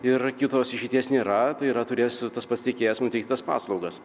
ir kitos išeities nėra tai yra turės tas pats teikėjas mum teikt tas paslaugas